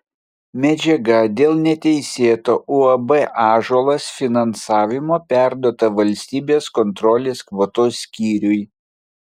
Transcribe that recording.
medžiaga dėl neteisėto uab ąžuolas finansavimo perduota valstybės kontrolės kvotos skyriui